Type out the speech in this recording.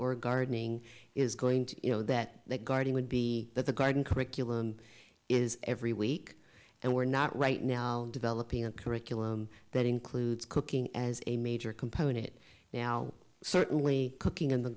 or gardening is going to you know that that garden would be that the garden curriculum is every week and we're not right now developing a curriculum that includes cooking as a major component now certainly cooking in the